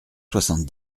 soixante